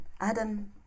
Adam